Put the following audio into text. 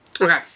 Okay